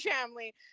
family